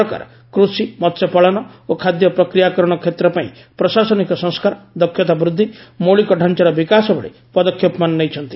ସରକାର କୃଷି ମହ୍ୟପାଳନ ଓ ଖାଦ୍ୟପ୍ରକ୍ରିୟାକରଣ କ୍ଷେତ୍ର ପାଇଁ ପ୍ରଶାସନିକ ସଂସ୍କାର ଦକ୍ଷତା ବୃଦ୍ଧି ମୌଳିକ ଡ଼ାଞାର ବିକାଶଭଳି ପଦକ୍ଷେପମାନ ନେଇଛନ୍ତି